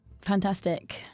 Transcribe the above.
Fantastic